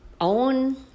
Own